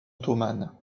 ottomane